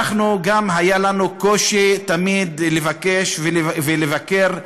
גם לנו היה קושי תמיד לבקש ולבקר,